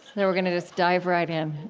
and we're going to just dive right in